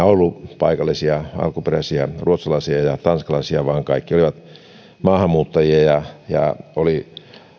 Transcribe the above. ollut paikallisia alkuperäisiä ruotsalaisia ja tanskalaisia vaan kaikki olivat maahanmuuttajia oli voisi